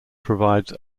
provides